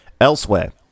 Elsewhere